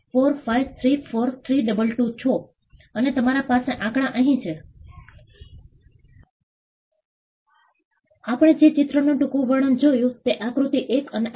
આ સ્ટડી દરમિયાનની કેટલીક ફોટોગ્રાફ્સ છે જેમાં તેમની પાસે એક સરસત્તાની વ્યવસ્થા હોય છે ચીફ બધું નક્કી કરે છે